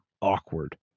awkward